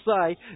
say